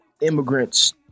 immigrants